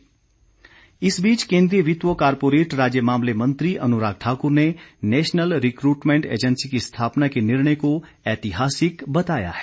अनुराग ठाकुर केंद्रीय वित्त व कॉरपोरेट राज्य मामलें मंत्री अनुराग ठाकुर ने नेशनल रिक्टमैंट एजेंसी की स्थापना के निर्णय को ऐतिहासिक बताया है